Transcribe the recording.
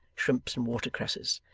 shrimps, and watercresses,